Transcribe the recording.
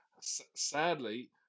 sadly